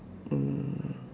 um